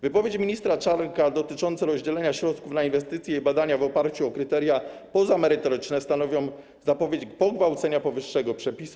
Wypowiedzi ministra Czarnka dotyczące rozdzielenia środków na inwestycje i badania w oparciu o kryteria pozamerytoryczne stanowią zapowiedź pogwałcenia powyższego przepisu.